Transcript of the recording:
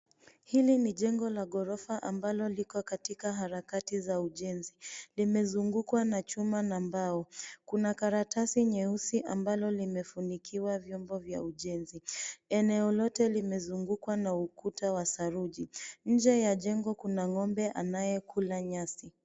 Hili ni jengo la ghorofa ambalo liko katika harakati za ujenzi, limezungukwa na chuma na mbao. Kuna karatasi nyeusi ambalo limefunikiwa vyombo vya ujenzi. Eneo lote limezungukwa na ukuta wa saruji. Nje ya jengo kuna ng'ombe anayekula nyasi.